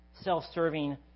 self-serving